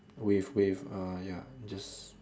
with with uh ya just